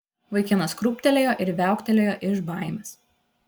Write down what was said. vaikinas krūptelėjo ir viauktelėjo iš baimės